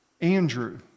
Andrew